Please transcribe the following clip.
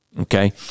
Okay